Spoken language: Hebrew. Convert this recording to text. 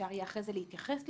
שאפשר יהיה אחר כך להתייחס לזה,